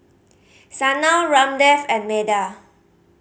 Sanal Ramdev and Medha